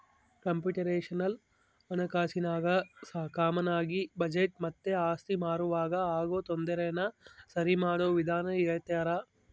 computational ಹಣಕಾಸಿನಾಗ ಕಾಮಾನಾಗಿ budget ಮತ್ತೆ ಆಸ್ತಿ ಮಾರುವಾಗ ಆಗೋ ತೊಂದರೆನ ಸರಿಮಾಡೋ ವಿಧಾನ ಹೇಳ್ತರ